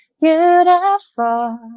Beautiful